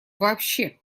вообще